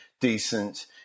decent